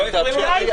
לא הפריעו לכם.